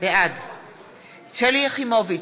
בעד שלי יחימוביץ,